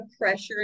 pressure